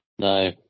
No